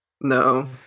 No